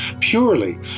purely